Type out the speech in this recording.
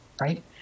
Right